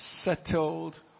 settled